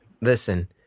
Listen